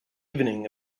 evening